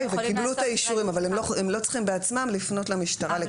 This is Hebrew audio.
וקיבלו את האישורים אבל הם לא צריכים בעצמם לפנות למשטרה לקבל.